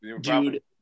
dude